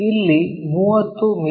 ಇಲ್ಲಿ 30 ಮಿ